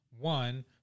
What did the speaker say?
one